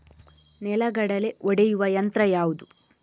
ನೆಲಗಡಲೆ ಒಡೆಯುವ ಯಂತ್ರ ಯಾವುದು?